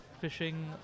fishing